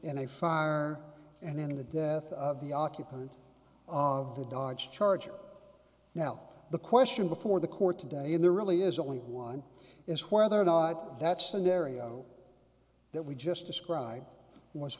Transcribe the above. in a fire and in the death of the occupant of the dodge charger now the question before the court today and there really is only one is whether or not that scenario that we just described